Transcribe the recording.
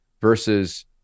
versus